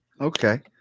Okay